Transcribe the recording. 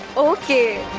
okay.